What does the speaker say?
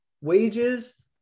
Wages